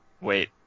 Wait